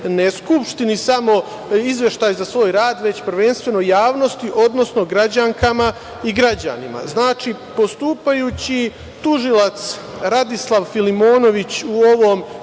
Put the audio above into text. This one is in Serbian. ne Skupštini samo izveštaj za svoje rad, već prvenstveno javnosti, odnosno građankama i građanima. Znači, postupajući tužilac Radislav Filimonović, koji